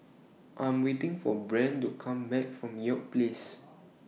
I Am waiting For Brent to Come Back from York Place